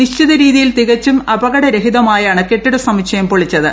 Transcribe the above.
നിശ്ചിത രീതിയിൽ തികച്ചും അപകടരഹിതമായാണ് കെട്ടിട സമുച്ചയം പൊളിച്ചത്